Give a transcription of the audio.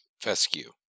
Fescue